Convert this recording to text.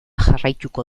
jarraituko